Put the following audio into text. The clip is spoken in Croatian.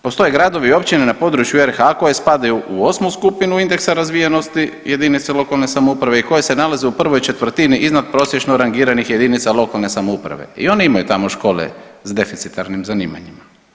Postoje gradovi i općine na području RH koje spadaju u 8. skupinu indeksa razvijenosti jedinica lokalne samouprave i koje se nalaze u prvoj četvrtini iznadprosječno rangiranih jedinica lokalne samouprave i oni imaju tamo škole s deficitarnim zanimanjima.